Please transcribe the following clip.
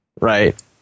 right